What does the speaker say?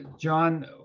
John